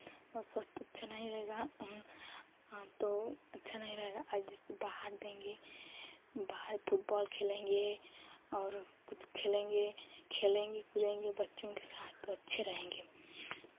और स्वस्थ्य अच्छा नहीं रहेगा तो अच्छा नहीं रहेगा जैसे बाहर देंगे बाहर फुटबॉल खेलेंगे और कुछ खेलेंगे खेलेंगे कूदेंगे बच्चों के साथ तो अच्छे रहेंगे